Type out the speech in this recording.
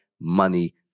money